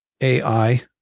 AI